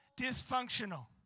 dysfunctional